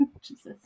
Jesus